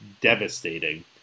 devastating